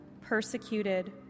persecuted